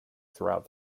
throughout